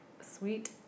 sweet